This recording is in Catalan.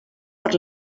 per